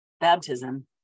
baptism